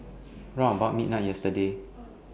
round about midnight yesterday